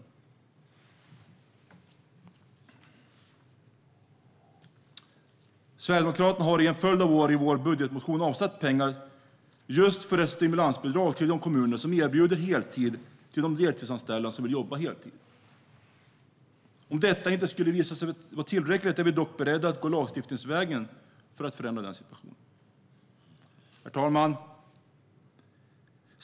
Vi i Sverigedemokraterna har i en följd av år i vår budgetmotion avsatt pengar för ett stimulansbidrag till de kommuner som erbjuder heltid till de deltidsanställda som vill jobba heltid. Om detta inte skulle visa sig vara tillräckligt är vi dock beredda att gå lagstiftningsvägen för att förändra situationen. Herr talman!